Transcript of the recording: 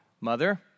mother